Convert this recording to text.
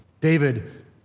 David